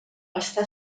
està